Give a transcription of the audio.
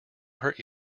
hurt